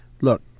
look